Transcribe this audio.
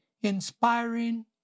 inspiring